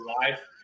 life